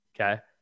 Okay